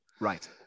right